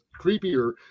creepier